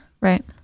Right